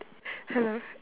hello